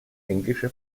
englische